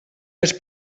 els